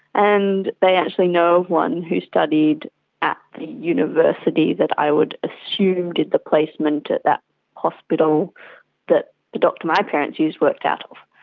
and they actually know of one who studied at the university that i would assume did the placement at that hospital that the doctor my parents used worked out of.